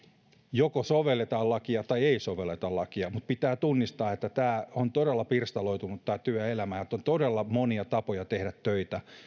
joko sovelletaan lakia tai ei sovelleta lakia mutta pitää tunnistaa että työelämä on todella pirstaloitunutta että on todella monia tapoja tehdä töitä